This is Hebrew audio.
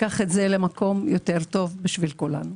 תיקח את זה למקום יותר טוב בשביל כולנו.